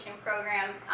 program